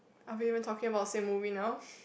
are we even talking about same movie now